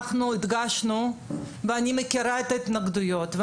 אני מכירה את ההתנגדויות,